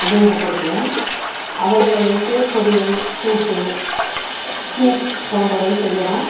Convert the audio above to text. உபயோகப்படுத்துவோம் அவைகளை வைத்து பொரியல் கூட்டு சூப் போன்றவை செய்கிறோம்